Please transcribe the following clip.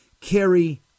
carry